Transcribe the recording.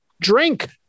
drink